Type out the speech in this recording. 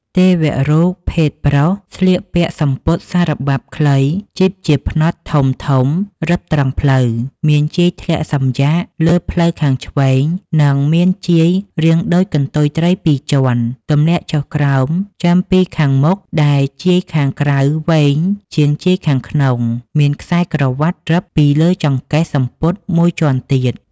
ទេវរូបភេទប្រុសស្លៀកពាក់សំពត់សារបាប់ខ្លីជីបជាផ្នត់ធំៗរឹបត្រង់ភ្លៅ មានជាយធ្លាក់សំយាកលើភ្លៅខាងឆ្វេង និង មានជាយរាងដូចកន្ទុយត្រីពីរជាន់ ទម្លាក់ចុះក្រោមចំពីខាងមុខដែលជាយខាងក្រៅវែងជាងជាយខាងក្នុង មានខ្សែក្រវាត់រឹបពីលើចង្កេះសំពត់មួយជាន់ទៀត។